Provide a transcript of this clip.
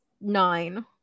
nine